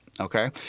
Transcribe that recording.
Okay